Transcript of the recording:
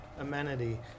amenity